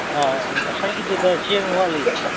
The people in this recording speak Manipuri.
ꯑꯥ ꯑꯥ ꯉꯁꯥꯏꯒꯤꯗꯨꯗ ꯆꯦꯡ ꯋꯥꯠꯂꯤꯅꯦ